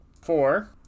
four